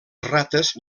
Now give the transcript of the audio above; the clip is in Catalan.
rates